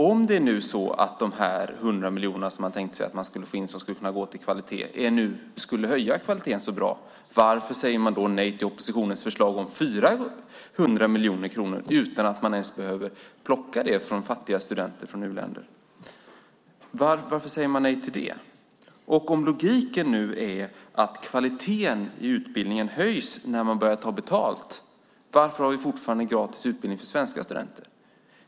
Om nu de 100 miljoner som man tänkt få in skulle höja kvaliteten så bra, varför säger man då nej till oppositionens förslag om 400 miljoner kronor utan avgifter från fattiga studenter från u-länder? Om logiken är att kvaliteten i utbildningen höjs när man börjar ta betalt, varför har vi fortfarande gratis utbildning för svenska studenter?